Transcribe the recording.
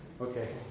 Okay